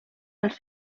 els